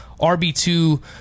RB2